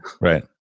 Right